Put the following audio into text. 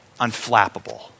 unflappable